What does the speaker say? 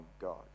God